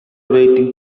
waiting